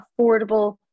affordable